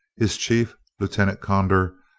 his chief, lieutenant conder,